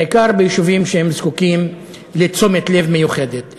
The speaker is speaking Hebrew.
בעיקר ביישובים שזקוקים לתשומת לב מיוחדת.